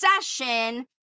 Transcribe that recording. session